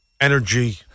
energy